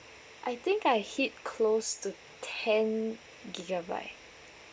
I think I hit close to ten gigabyte